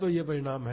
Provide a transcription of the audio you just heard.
तो ये परिणाम हैं